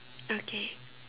okay